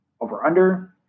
over-under